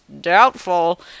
doubtful